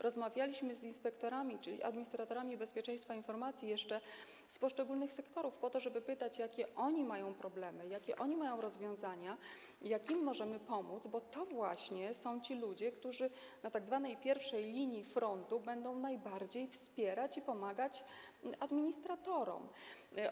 Rozmawialiśmy z inspektorami, czyli administratorami bezpieczeństwa informacji jeszcze, z poszczególnych sektorów, po to żeby pytać, jakie oni mają problemy, jakie oni mają rozwiązania, jak im możemy pomóc, bo to właśnie są ci ludzie, którzy na tzw. pierwszej linii frontu będą najbardziej wspierać administratorów i pomagać im.